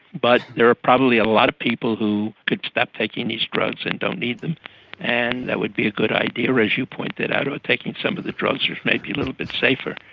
but there are probably a lot of people who could stop taking these drugs and don't need them and that would be a good idea, as you pointed out, or taking some of the drugs which may be a little bit safer.